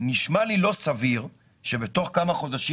זה נשמע לי לא סביר שבתוך כמה חודשים